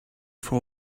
for